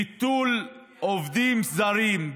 ביטול עובדים זרים,